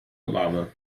obama